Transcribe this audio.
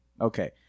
Okay